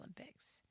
Olympics